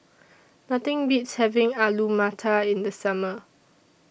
Nothing Beats having Alu Matar in The Summer